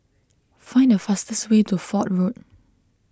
find the fastest way to Fort Road